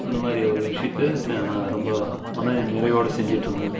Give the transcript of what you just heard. அந்த மாதிரி ஒரு விஷயத்தை செ நான் ரொம்ப மன நிறைவோட செஞ்சிகிட்ருந்தேன்